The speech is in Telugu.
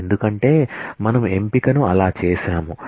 ఎందుకంటే మనం ఎంపికను అలా చేశాము